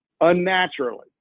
unnaturally